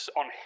on